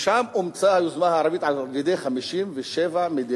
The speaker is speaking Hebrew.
ושם אומצה היוזמה הערבית על-ידי 57 מדינות